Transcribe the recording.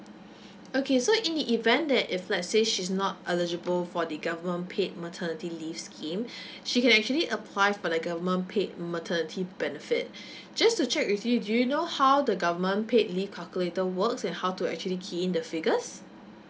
okay so in the event that if let's say she's not eligible for the government paid maternity leave scheme she can actually apply for the government paid maternity benefit just to check with you do you know how the government paid leave calculator works and how to actually key in the figures